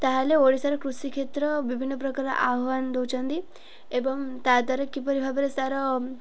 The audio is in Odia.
ତାହେଲେ ଓଡ଼ିଶାର କୃଷି କ୍ଷେତ୍ର ବିଭିନ୍ନ ପ୍ରକାର ଆହ୍ୱାନ ଦେଉଛନ୍ତି ଏବଂ ତା ଦ୍ୱାରା କିପରି ଭାବରେ ସାର